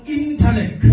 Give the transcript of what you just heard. intellect